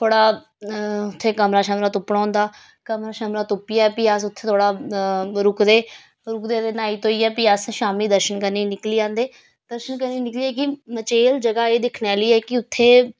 थोह्ड़ा उत्थें कमरा शमरा तुप्पना होंदा कमरा शमरा तुप्पियै फ्ही अस उत्थै थोह्ड़ा रुकदे रुकदे ते न्हाई धोइयै फ्ही अस शामी दर्शन करने गी निकली जन्दे दर्शन करने निकलियै कि मचेल जगह् दिक्खने आह्ली ऐ कि उत्थें